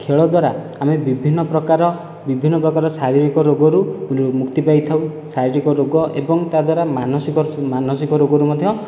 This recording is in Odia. ଖେଳ ଦ୍ୱାରା ଆମେ ବିଭିନ୍ନ ପ୍ରକାର ବିଭିନ୍ନ ପ୍ରକାର ଶାରିରୀକ ରୋଗରୁ ମୁକ୍ତି ପାଇଥାଉ ଶାରୀରିକ ରୋଗ ଏବଂ ତାଦ୍ୱାରା ମାନସିକ ମାନସିକ ରୋଗରୁ ମଧ୍ୟ